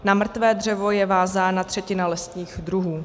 Na mrtvé dřevo je vázána třetina lesních druhů.